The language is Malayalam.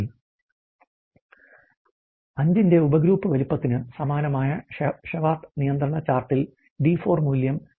5 ന്റെ ഉപഗ്രൂപ്പ് വലുപ്പത്തിന് സമാനമായ ഷെഹാർട്ട് നിയന്ത്രണ ചാർട്ടിൽ D4 മൂല്യം 2